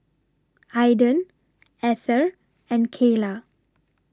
Aiden Ether and Keila